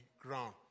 ground